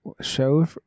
show